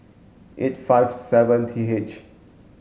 eight five seven T H